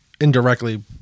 indirectly